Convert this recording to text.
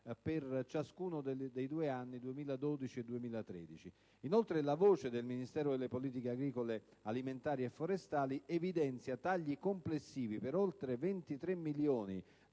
per ciascuno degli anni 2012 e 2013. Inoltre, la voce del Ministero delle politiche agricole, alimentari e forestali evidenzia tagli complessivi di oltre 23 milioni